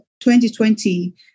2020